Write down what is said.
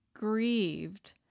grieved